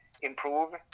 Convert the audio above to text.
improve